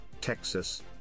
Texas